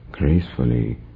gracefully